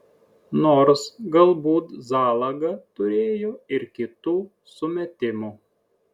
nors galbūt zalaga turėjo ir kitų sumetimų